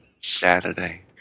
Saturday